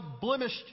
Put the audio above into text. blemished